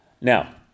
Now